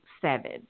seven